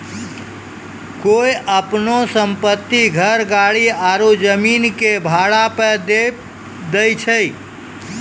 कोय अपनो सम्पति, घर, गाड़ी आरु जमीनो के भाड़ा पे दै छै?